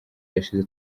irashize